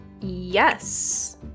Yes